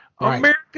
america